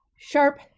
Sharp